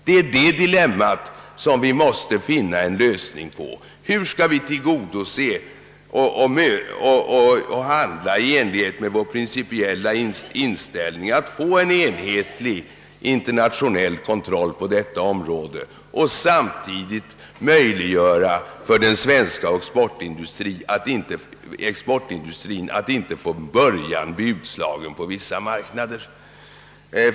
Det är detta dilemma som vi måste finna en lösning på. Hur skall vi tillgodose vår principiella inställning att få till stånd en enhetlig internationell kontroll på detta område och samtidigt förhindra att den svenska exportindustrien inte från början blir utslagen på vissa marknader?